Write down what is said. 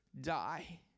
die